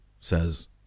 says